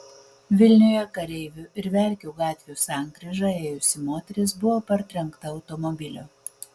vilniuje kareivių ir verkių gatvių sankryža ėjusi moteris buvo partrenkta automobilio